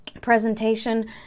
presentation